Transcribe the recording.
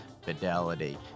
Fidelity